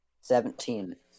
seventeen